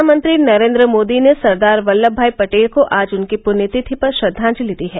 प्रधानमंत्री नरेन्द्र मोदी ने सरदार वल्लम भाई पटेल को आज उनकी पृण्यतिथि पर श्रद्वांजलि दी है